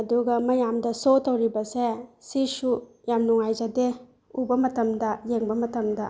ꯑꯗꯨꯒ ꯃꯌꯥꯝꯗ ꯁꯣ ꯇꯧꯔꯤꯕꯁꯦ ꯁꯤꯁꯨ ꯌꯥꯝ ꯅꯨꯡꯉꯥꯏꯖꯗꯦ ꯎꯕ ꯃꯇꯝꯗ ꯌꯦꯡꯕ ꯃꯇꯝꯗ